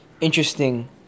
interesting